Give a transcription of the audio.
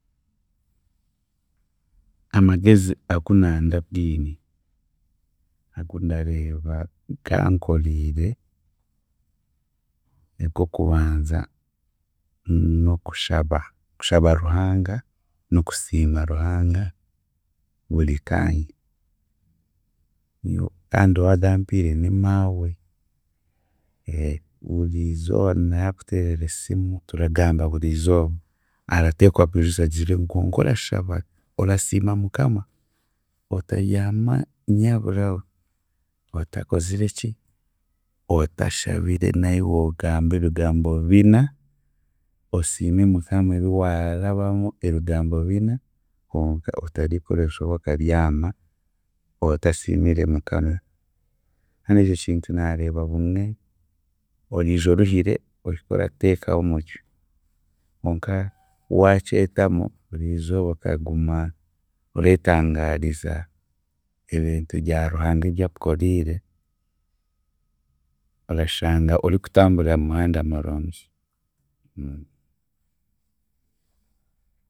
Amagezi agu nandabwine, agu ndareeba gankoriire, ag'okubanza n'okushaba, kushaba Ruhanga n'okusiima Ruhanga buri kaanya no- kandi owagampiire ni maawe, buriizooba na yaakuteerera esimu, turagamba buriizooba arateekwa akwijusa agire ngu konka orashaba, orasiima Mukama, otaryama nyabura we otakozireki, otashabire nahi woogamba ebigambo bina, osiime Mukama ebi waarabamu ebigambo bina, konka otarikora enshobe okaryama otasiimire Mukama kandi ekyo kintu naareeba bumwe oriija oruhire ohike orateekaho omutwe, konka waakyetamu buriizooba okaguma oreetangaariza ebintu bya Ruhanga ebyakukoriire, orashanga orikutamburira mumuhanda murungi.